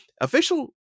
Official